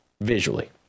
Visually